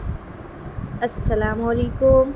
السلام علیکم